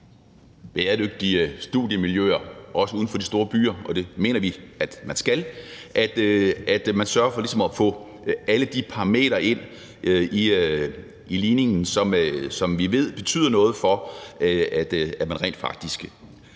bæredygtige studiemiljøer, også uden for de store byer, og det mener vi man skal, skal man sørge for at få alle de parametre ind i ligningen, som vi ved betyder noget for, at man rent faktisk